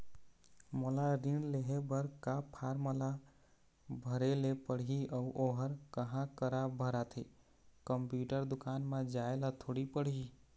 मोला ऋण लेहे बर का फार्म ला भरे ले पड़ही अऊ ओहर कहा करा भराथे, कंप्यूटर दुकान मा जाए ला थोड़ी पड़ही?